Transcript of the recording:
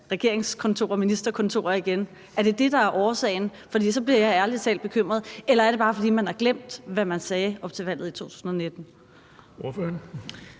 regeringskontorer, ministerkontorer igen? Er det det, der er årsagen, for så bliver jeg ærlig talt bekymret, eller er det, bare fordi man har glemt, hvad man sagde op til valget i 2019?